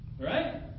Right